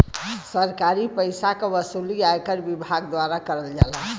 सरकारी पइसा क वसूली आयकर विभाग द्वारा करल जाला